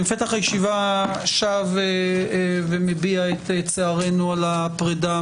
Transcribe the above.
בפתח הישיבה אני שב ומביע את צערנו על הפרידה